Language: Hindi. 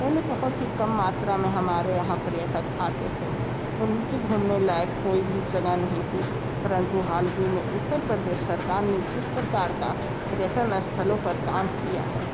पहले बहुत ही कम मात्रा में हमारे यहाँ पर्यटक आते थे उनके घूमने लायक कोई भी जगह नहीं थी परंतु हाल ही में उत्तर प्रदेश सरकार ने जिस प्रकार का पर्यटन स्थलों पर काम किया है